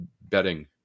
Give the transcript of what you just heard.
betting